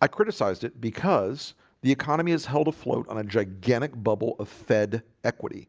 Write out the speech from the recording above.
i criticized it because the economy has held afloat on a gigantic bubble of fed equity